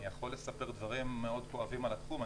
אני יכול לספר דברים מאוד כואבים על התחום,